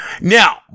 Now